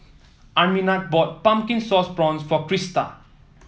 Arminta bought Pumpkin Sauce Prawns for Krista